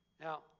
Now